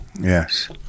Yes